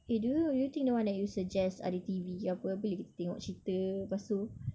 eh do you do you think the one that you suggest ada T_V ke apa boleh kita tengok cerita lepas tu